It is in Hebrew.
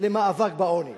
למאבק בעוני.